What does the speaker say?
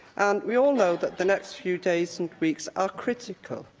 and we all know that the next few days and weeks are critical,